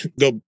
go